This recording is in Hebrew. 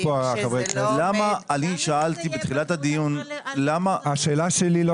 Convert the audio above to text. אני אציין לגבי השאלות שעלו